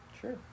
Sure